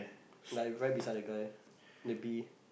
like right beside the guy the bee